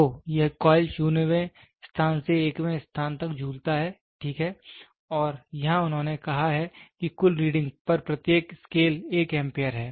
तो यह कॉइल 0 वें स्थान से 1 वें स्थान तक झूलता है ठीक है और यहां उन्होंने कहा है कि कुल रीडिंग पर प्रत्येक स्केल 1 एम्पीयर है